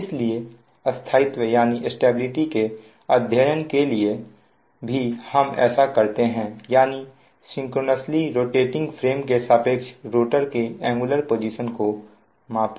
इसलिए स्थायित्व के अध्ययन के लिए भी हम ऐसा करते हैं यानी सिंक्रोनयसली रोटेटिंग फ्रेम के सापेक्ष रोटर के एंगुलर पोजीशन को मापते हैं